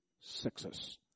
success